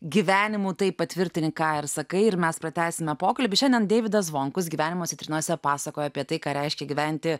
gyvenimu tai patvirtini ką ir sakai ir mes pratęsime pokalbį šiandien deividas zvonkus gyvenimo citrinose pasakoja apie tai ką reiškia gyventi